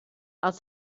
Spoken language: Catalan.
els